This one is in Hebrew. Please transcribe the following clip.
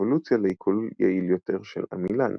ואבולוציה לעיכול יעיל יותר של עמילן.